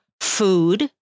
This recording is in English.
food